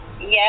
Yes